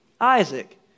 Isaac